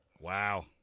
Wow